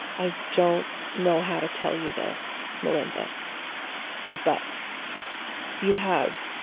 i don't know how to tell you this, melynda but you have,